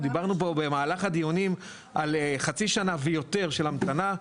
אנחנו דיברנו פה במהלך הדיונים על חצי שנה ויותר של המתנה.